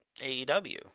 aew